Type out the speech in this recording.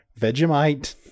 Vegemite